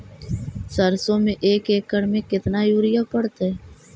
सरसों में एक एकड़ मे केतना युरिया पड़तै?